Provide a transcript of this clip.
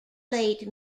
late